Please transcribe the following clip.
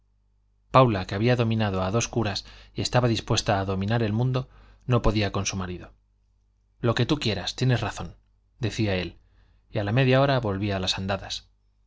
paula que había dominado a dos curas y estaba dispuesta a dominar el mundo no podía con su marido lo que tú quieras tienes razón decía él y a la media hora volvía a las andadas